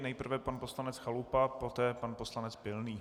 Nejprve pan poslanec Chalupa, poté pan poslanec Pilný.